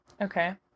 Okay